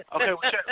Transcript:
Okay